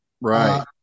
right